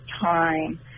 time